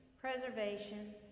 preservation